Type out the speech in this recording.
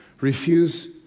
Refuse